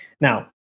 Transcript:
Now